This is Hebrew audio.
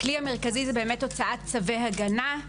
הכלי המרכזי הוא הוצאת צווי הגנה.